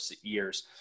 years